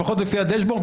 לפחות לפי הדשבורד,